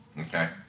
okay